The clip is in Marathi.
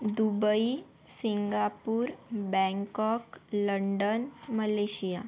Dubai Singapore Bangkok London Malaysia